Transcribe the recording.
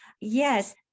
Yes